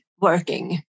working